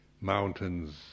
mountains